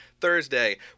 Thursday